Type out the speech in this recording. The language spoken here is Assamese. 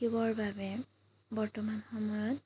বাবে বৰ্তমান সময়ত